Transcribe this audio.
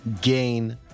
gain